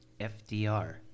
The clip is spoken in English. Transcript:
FDR